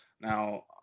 Now